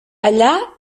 allà